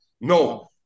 No